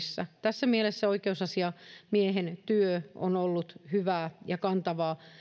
rajoitusten piirissä tässä mielessä oikeusasiamiehen työ on ollut hyvää ja kantavaa